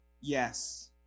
Yes